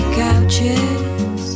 couches